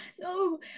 No